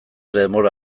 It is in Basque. denbora